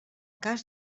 cas